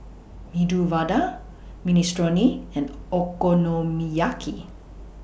Medu Vada Minestrone and Okonomiyaki